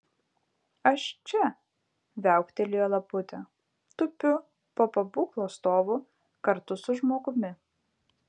aš čia viauktelėjo laputė tupiu po pabūklo stovu kartu su žmogumi